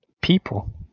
People